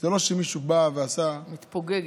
זה לא שמישהו עושה, מתפוגגת.